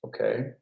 okay